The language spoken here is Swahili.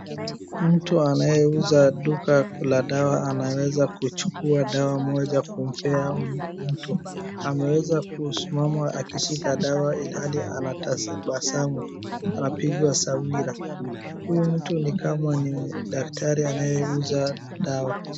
Mtu anayeuza duka la dawa anaweza kuchukua dawa moja kumpea mtu. Ameweza kusimama akishika dawa ilhali anatabasamu, anapigwa sawira. Huyu mtu ni kama daktari anayeuza dawa.